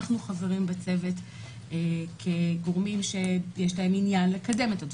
אנחנו חברים בצוות כגורמים שיש להם עניין לקדם את הדברים.